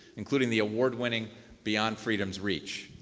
including the award-winning beyond freedom's reach.